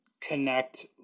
connect